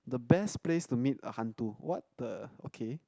the best place to meet a hantu what the okay